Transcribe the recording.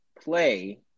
play